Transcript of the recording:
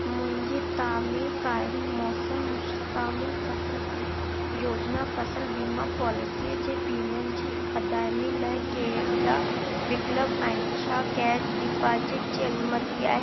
मुंहिंजी तामीर कयल मौसम मुश्तामिल फसल बीमा योजना फसल बीमा पॉलिसीअ जे प्रीमियम जी अदायगी लाइ केॾा विकल्प आहिनि छा कैश डिपॉज़िट जी अनुमति आहे